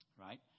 right